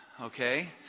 okay